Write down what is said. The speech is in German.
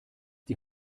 die